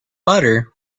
butter